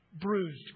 Bruised